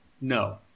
No